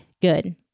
good